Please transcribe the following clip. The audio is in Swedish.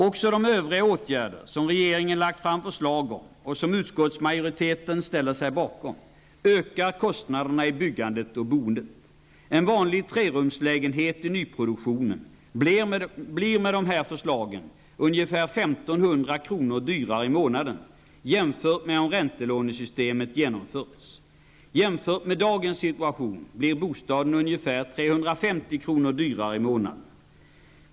Också de övriga åtgärder som regeringen har lagt fram förslag om och som utskottsmajoriteten ställer sig bakom ökar kostnaderna för byggandet på boendet. En vanlig trerumslägenhet i nyproduktionen blir om dessa förslag genomförs ungefär 1 500 kr. dyrare i månaden än om räntelånesystemet genomförs. Jämfört med dagens situation blir bostaden ungefär 350 kr. dyrare i månaden.